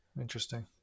Interesting